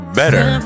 better